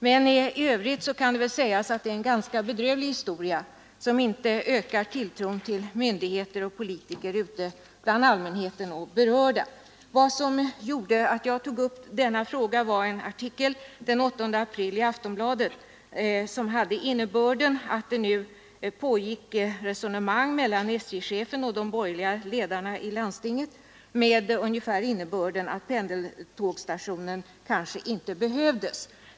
Men i övrigt kan det sägas att det är en ganska bedrövlig historia som inte ökar tilltron till myndigheter och politiker ute bland allmänheten och bland de närmast berörda. Att jag tog upp saken berodde på en artikel den 8 april i Aftonbladet, vilken hade innebörden att det nu pågick resonemang mellan SJ-chefen och de borgerliga ledarna i landstinget ungefär med innebörden att pendeltågstationen kanske inte behövdes.